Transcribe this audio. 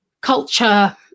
culture